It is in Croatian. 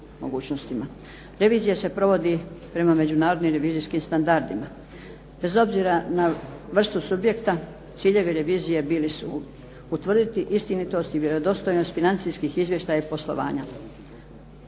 Revizija se provodi prema međunarodnim revizijskim standardima. Bez obzira na vrstu subjekta ciljevi revizije bili su: utvrditi istinitost i vjerodostojnost financijskih izvještaja i poslovanja,